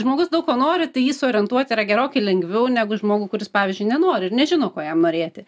žmogus daug ko nori tai jį suorientuoti yra gerokai lengviau negu žmogų kuris pavyzdžiui nenori ir nežino ko jam norėti